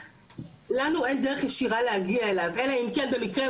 אלא אם כן במקרה הוא השאיר לו את המייל שלו באיזה שהן נסיבות,